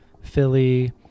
Philly